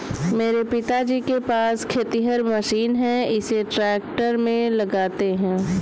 मेरे पिताजी के पास खेतिहर मशीन है इसे ट्रैक्टर में लगाते है